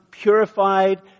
purified